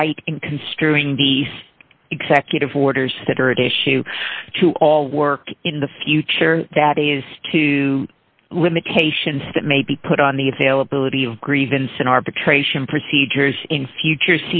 right in construing the executive orders that are at issue to all work in the future that is to limitations that may be put on the availability of grievance in arbitration procedures in future